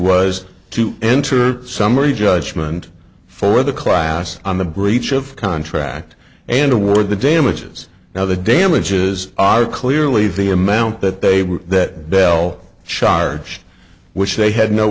was to enter summary judgment for the class on the breach of contract and who were the damages now the damages are clearly the amount that they were that bell charged which they had no